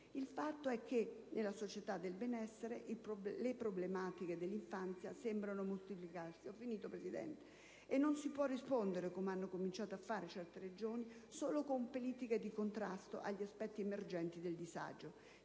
Il fatto è che nella società del benessere le problematiche dell'infanzia sembrano moltiplicarsi e non si può rispondere - come hanno cominciato a fare certe Regioni - solo con politiche di contrasto agli aspetti emergenti del disagio.